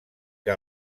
que